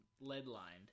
lead-lined